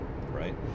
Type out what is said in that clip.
right